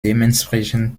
dementsprechend